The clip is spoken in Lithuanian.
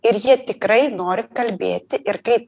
ir jie tikrai nori kalbėti ir kai